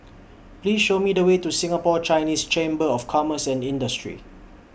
Please Show Me The Way to Singapore Chinese Chamber of Commerce and Industry